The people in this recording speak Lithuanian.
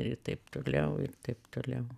ir taip toliau ir taip toliau